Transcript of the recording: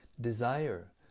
desire